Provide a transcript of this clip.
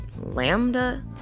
Lambda